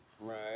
Right